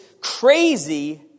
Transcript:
crazy